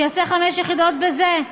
שיעשה חמש יחידות בזה,